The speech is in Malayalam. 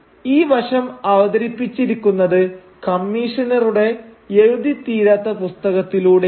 ഈ വശം അവതരിപ്പിച്ചിരിക്കുന്നത് കമ്മീഷണറുടെ എഴുതിത്തീരാത്ത പുസ്തകത്തിലൂടെയാണ്